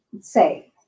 say